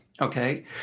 okay